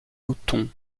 boutons